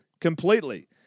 completely